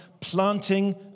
planting